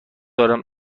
دارم